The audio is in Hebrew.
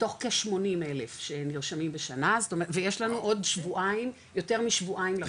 מתוך כ-80 אלף שנרשמים בשנה ויש לנו עוד יותר משבועיים לרישום.